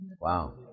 Wow